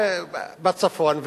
הוא היה בצפון,